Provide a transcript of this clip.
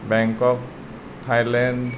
Bangkok Thailand